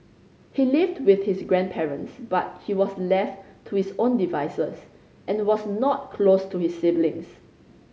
he lived with his grandparents but he was left to his own devices and was not close to his siblings